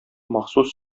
махсус